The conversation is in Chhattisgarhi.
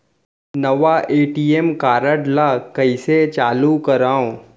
नवा ए.टी.एम कारड ल कइसे चालू करव?